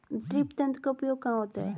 Drip तंत्र का उपयोग कहाँ होता है?